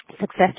Success